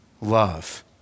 love